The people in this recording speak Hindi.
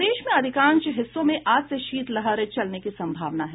प्रदेश के अधिकांश हिस्सों में आज से शीतलहर चलने की संभावना है